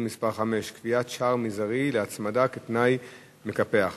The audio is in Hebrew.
מס' 5) (קביעת שער מזערי להצמדה כתנאי מקפח),